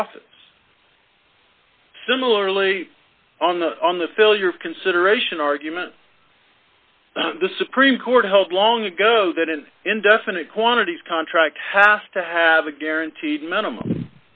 profits similarly on the on the fill your consideration argument the supreme court held long ago that an indefinite quantities contract has to have a guaranteed minimum